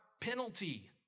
penalty